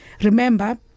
Remember